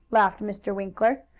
laughed mr. winkler.